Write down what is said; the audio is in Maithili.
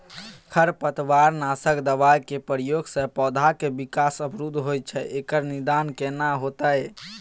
खरपतवार नासक दबाय के प्रयोग स पौधा के विकास अवरुध होय छैय एकर निदान केना होतय?